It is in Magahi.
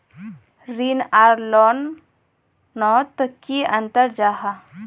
ऋण आर लोन नोत की अंतर जाहा?